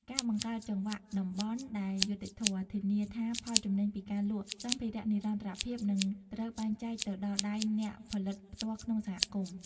ការបង្កើតចង្វាក់តម្លៃដែលយុត្តិធម៌ ធានាថាផលចំណេញពីការលក់សម្ភារៈនិរន្តរភាពនឹងត្រូវបែងចែកទៅដល់ដៃអ្នកផលិតផ្ទាល់ក្នុងសហគមន៍។